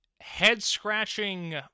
head-scratching